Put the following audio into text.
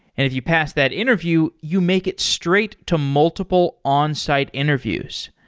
if you pass that interview, you make it straight to multiple onsite interviews.